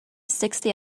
sixty